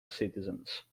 citizens